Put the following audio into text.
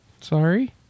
Sorry